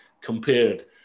compared